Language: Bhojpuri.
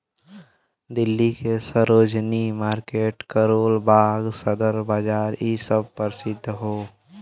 दिल्ली के सरोजिनी मार्किट करोल बाग सदर बाजार इ सब परसिध हौ